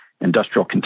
industrial